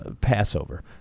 Passover